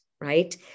right